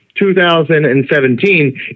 2017